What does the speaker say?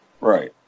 Right